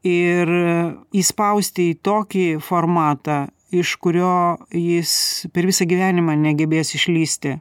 ir įspausti į tokį formatą iš kurio jis per visą gyvenimą negebės išlįsti